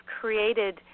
created